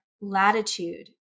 latitude